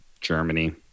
germany